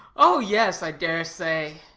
oh yes, i daresay!